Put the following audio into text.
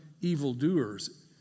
evildoers